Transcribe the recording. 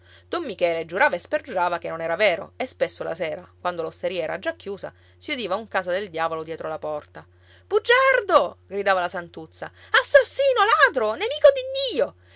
don michele giurava e spergiurava che non era vero e spesso la sera quando l'osteria era già chiusa si udiva un casa del diavolo dietro la porta bugiardo gridava la santuzza assassino ladro nemico di dio